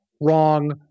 wrong